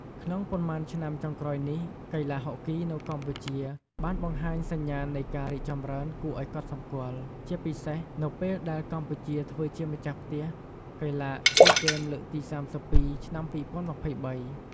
ក្នុងប៉ុន្មានឆ្នាំចុងក្រោយនេះ កីឡាហុកគីនៅកម្ពុជាបានបង្ហាញសញ្ញានៃការរីកចម្រើនគួរឲ្យកត់សម្គាល់ ជាពិសេសនៅពេលដែលកម្ពុជាធ្វើជាម្ចាស់ផ្ទះ កីឡាស៊ីហ្គេមលើកទី៣២ ឆ្នាំ២០២៣។